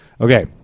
Okay